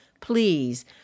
Please